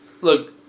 Look